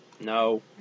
No